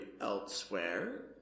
elsewhere